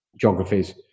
geographies